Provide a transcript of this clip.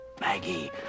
Maggie